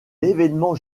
l’événement